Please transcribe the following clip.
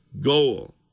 goal